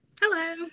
Hello